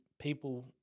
people